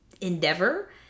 endeavor